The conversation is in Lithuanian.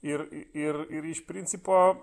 ir ir ir iš principo